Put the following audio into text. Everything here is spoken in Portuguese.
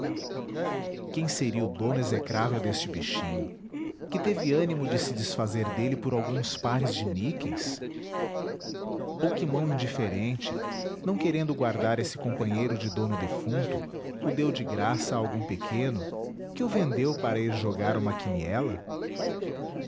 quem seria o dono execrável deste bichinho que teve ânimo de se desfazer dele por alguns pares de níqueis ou que mão indiferente não querendo guardar esse companheiro de dono defunto o deu de graça a algum pequeno que o vendeu para ir jogar uma quiniela